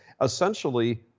essentially